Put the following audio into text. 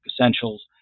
essentials